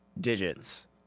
digits